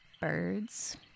Birds